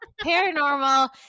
Paranormal